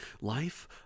Life